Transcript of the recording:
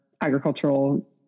agricultural